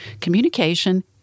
communication